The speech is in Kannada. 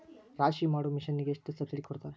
ರಾಶಿ ಮಾಡು ಮಿಷನ್ ಗೆ ಎಷ್ಟು ಸಬ್ಸಿಡಿ ಕೊಡ್ತಾರೆ?